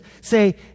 say